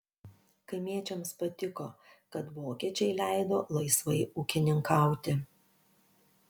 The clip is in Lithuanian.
kaimiečiams patiko kad vokiečiai leido laisvai ūkininkauti